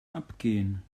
abgehen